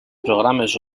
programes